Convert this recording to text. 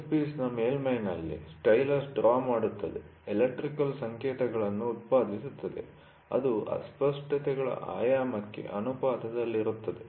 ವರ್ಕ್ಪೀಸ್ನ ಮೇಲ್ಮೈ'ನಲ್ಲಿ stylus draw ಮಾಡುತ್ತದೆ electrical ಸಂಕೇತಗಳನ್ನು ಉತ್ಪಾದಿಸುತ್ತದೆ ಅದು ಅಸ್ಪಷ್ಟತೆಗಳ ಆಯಾಮಕ್ಕೆ ಅನುಪಾತದಲ್ಲಿರುತ್ತದೆ